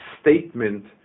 statement